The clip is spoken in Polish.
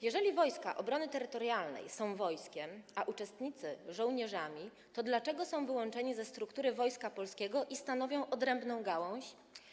Jeżeli Wojska Obrony Terytorialnej są wojskiem, a ich członkowie żołnierzami, to dlaczego są oni wyłączeni ze struktury Wojska Polskiego i stanowią odrębną gałąź?